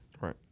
Right